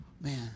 Man